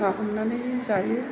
ना हमनानै जायो